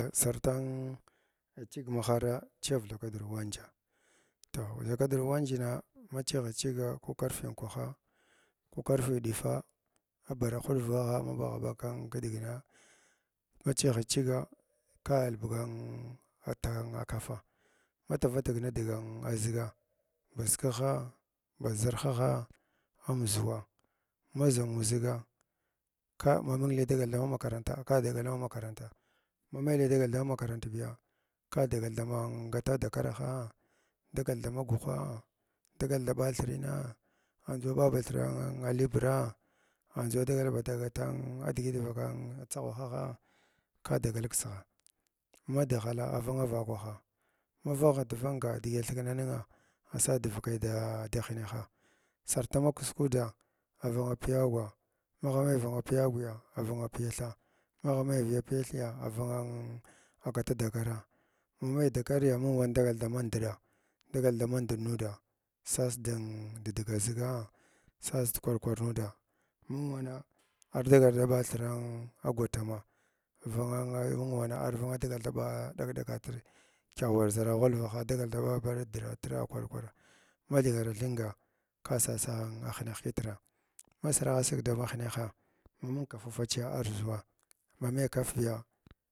Sartan an chiga ma hara chiyar thakadur wanja toh thakadur wanjna ma chighit chiga ko karfi unkwaha ko karfi udifa abara khuɗvgagha ma ɓagha ɓag kin kidigina ma chighit chiga ka ulbuga dn an takafa ma tuvatig nidigan ʒrga baʒ kghaa baʒ ʒarhagha anʒuwaa ma ʒamu zigg ka ma mung li dagal da makaranta ka dagal dana hakaranta ma mai li da makarant biya ka dagal da na ng gala dakaraha dagal dama guha dagal da bathirina andʒu aɓaba thira aliprag andʒu adagal ba dagata digit vaka an dʒaghwahagha ka dagal kskigha a clighala avanaa vakwaha ma vanghit vanga digi athikna ninga asadvakai da a hineha sarta makis kuuda avanga piyagwa magh wai vanga piyagwu ya avanga piya thas magh mai viiya piyathiyag avanga gata dakaraa ma mai dakariya mai wan dagal dama ndəɗa dagal dama ndəd nuda sas din diga ʒiga sas du kwar kwar huda wung wana ardagal dab’athra agwatama vanga na mung wana ardagal daɓathira agwatama vanga na mung wang ardagalr da ɓa ɗak-ɗakatr kya ʒara ghwalvaha dagal daɓa dtatra kwar kwara ma thighara thinga kal sasa hineh kitru ma saragh sig dan hineha ma mung kafa fachiya arʒuwa ma vai kafya.